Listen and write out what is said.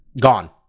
Gone